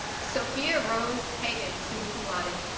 sophia rose hagan summa cum laude